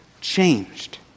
changed